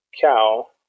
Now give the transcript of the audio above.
cow